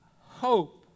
hope